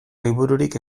libururik